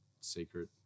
secret